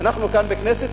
אנחנו כאן בכנסת,